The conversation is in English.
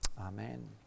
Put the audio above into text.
Amen